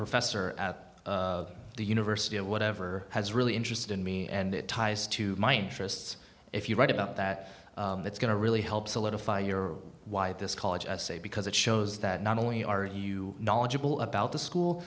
professor at the university of whatever has really interested in me and it ties to my interests if you write about that that's going to really help solidify your why this college essay because it shows that not only are you knowledgeable about the school